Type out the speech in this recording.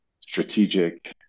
strategic